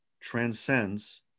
transcends